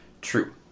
true